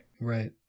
Right